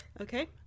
Okay